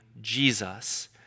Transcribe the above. Jesus